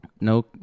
no